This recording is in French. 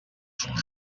sont